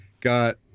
got